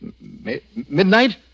Midnight